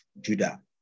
Judah